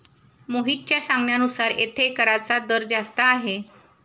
मोहितच्या सांगण्यानुसार येथे कराचा दर जास्त आहे